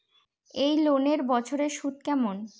এই লোনের বছরে সুদ কেমন?